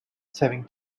saving